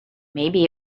maybe